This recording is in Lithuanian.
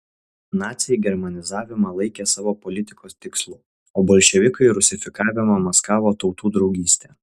naciai germanizavimą laikė savo politikos tikslu o bolševikai rusifikavimą maskavo tautų draugyste